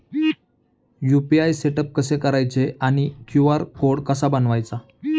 UPI setup कसे करायचे आणि क्यू.आर कोड कसा बनवायचा?